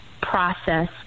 process